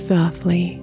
Softly